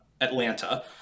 Atlanta